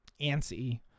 antsy